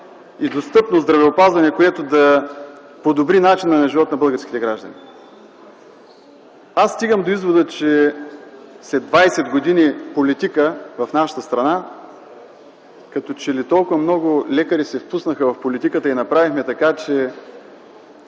и достъпно здравеопазване, което да подобри начина на живот на българските граждани. Стигам до извода, че след 20 години политика в нашата страна като че ли толкова много лекари се впуснаха в политиката и направихме така, че